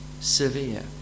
severe